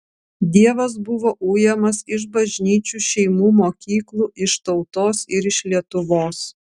dievas buvo ujamas iš bažnyčių šeimų mokyklų iš tautos ir iš lietuvos